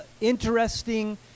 interesting